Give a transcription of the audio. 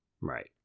right